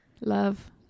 Love